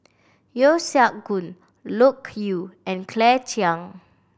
Yeo Siak Goon Loke Yew and Claire Chiang